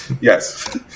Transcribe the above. Yes